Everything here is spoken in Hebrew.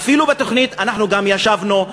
אפילו בתוכנית אנחנו גם ישבנו,